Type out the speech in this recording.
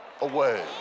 away